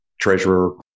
treasurer